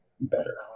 better